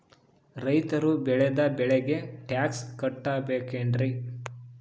ರೈತರು ಬೆಳೆದ ಬೆಳೆಗೆ ಟ್ಯಾಕ್ಸ್ ಕಟ್ಟಬೇಕೆನ್ರಿ?